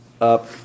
up